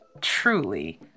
truly